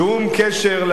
שום קשר,